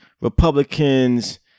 Republicans